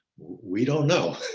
we don't know.